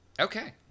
okay